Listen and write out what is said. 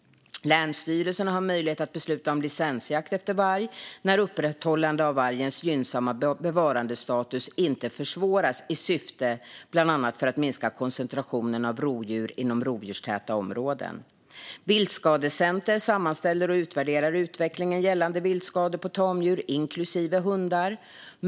Länsstyrelserna har möjlighet att besluta om licensjakt efter varg när upprätthållandet av vargens gynnsamma bevarandestatus inte försvåras, bland annat i syfte att minska koncentrationen av rovdjur inom rovdjurstäta områden. Viltskadecenter sammanställer och utvärderar utvecklingen gällande viltskador på tamdjur, inklusive hundar.